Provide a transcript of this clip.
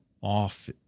off